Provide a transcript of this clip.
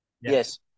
Yes